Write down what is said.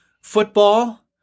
Football